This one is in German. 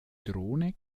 drohne